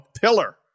pillar